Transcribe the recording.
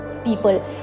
people